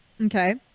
Okay